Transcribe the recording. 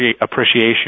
appreciation